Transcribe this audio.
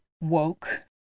woke